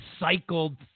recycled